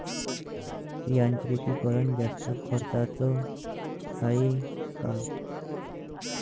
यांत्रिकीकरण जास्त खर्चाचं हाये का?